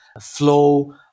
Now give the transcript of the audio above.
flow